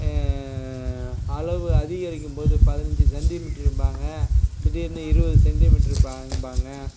அளவு அதிகரிக்கும் போது பதினஞ்சு சென்டிமீட்ரும்பாங்க திடீர்னு இருபது சென்டிமீட்ருபாங்பாங்க